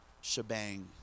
shebang